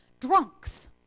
drunks